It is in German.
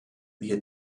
wir